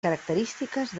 característiques